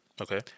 Okay